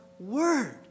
Word